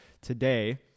today